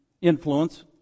influence